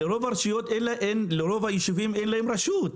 לרוב הישובים אין רשות.